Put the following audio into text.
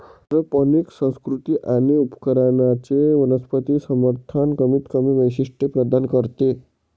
aeroponic संस्कृती आणि उपकरणांचे वनस्पती समर्थन कमीतकमी वैशिष्ट्ये प्रदान करते